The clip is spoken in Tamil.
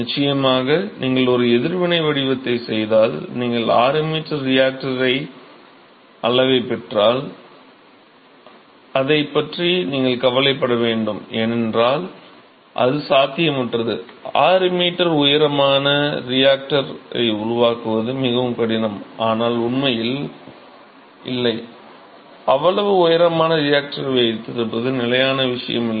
நிச்சயமாக நீங்கள் ஒரு எதிர்வினை வடிவத்தை செய்தால் நீங்கள் 6 m ரியாக்டர் அளவைப் பெற்றால் அதைப் பற்றி நீங்கள் கவலைப்பட வேண்டும் ஏனென்றால் அது சாத்தியமற்றது 6 m உயரமான ரியாக்டரை உருவாக்குவது மிகவும் கடினம் ஆனால் உண்மையில் இல்லை அவ்வளவு உயரமான ரியாக்டரை வைத்திருப்பது நிலையான விஷயம் அல்ல